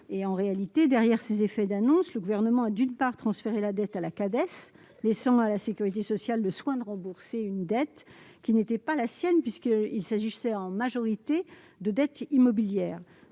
D'une part, derrière cette annonce, le Gouvernement a transféré la dette à la Cades, en laissant à la sécurité sociale le soin de rembourser une dette qui n'était pas la sienne puisqu'il s'agissait en majorité de dette immobilière.